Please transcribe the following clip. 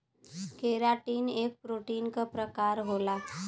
keratin एक protein क प्रकार होला